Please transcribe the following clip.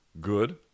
good